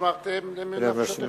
ונשמרתם לנפשותיכם.